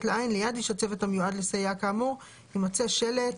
לעין ליד איש הצוות המיועד לסייע כאמור יימצא שלט.